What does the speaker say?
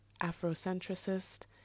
Afrocentricist